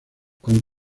con